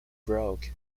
broke